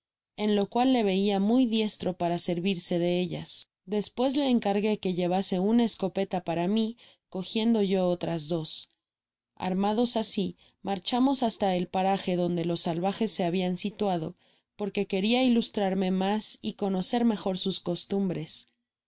en lo cual le veia muy diestro para servirse de ellas despues le encargue que llevase una escopeta para mí cogiendo yo otras dos armados así marchamos hasta el paraje donde los salvajes se habian situado por que queria ilustrarme mas y conocer mejor sus costumbres